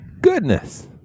goodness